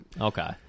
Okay